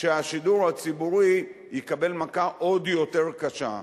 שהשידור הציבורי יקבל מכה עוד יותר קשה.